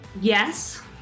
Yes